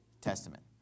Testament